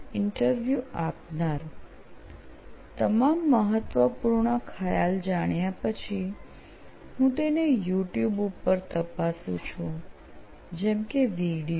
interview આપનાર તમામ મહત્વપૂર્ણ ખ્યાલ જાણ્યા પછી હું તેને યુટ્યૂબ ઉપર તપાસું છું જેમ કે વિડિઓ